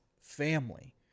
family